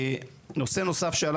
נושא נוסף שעלה